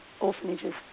orphanages